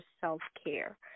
self-care